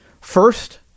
First